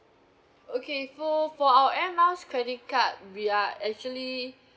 okay for for our air miles credit card we are actually